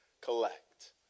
collect